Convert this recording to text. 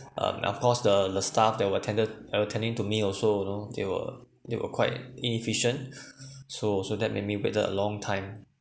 um of course the the staff they weren't attended they weren't attending to me also you know they were they were quite inefficient so so that made me waited a long time